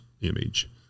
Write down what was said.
image